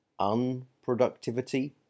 unproductivity